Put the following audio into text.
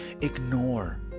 Ignore